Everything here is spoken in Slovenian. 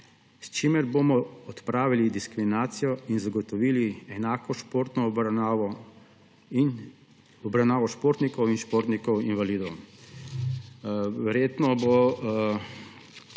s čimer bomo odpravili diskriminacijo in zagotovili enako športno obravnavo športnikov in športnikov invalidov. Verjetno bo